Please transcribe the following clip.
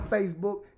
Facebook